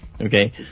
okay